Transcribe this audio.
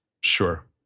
Sure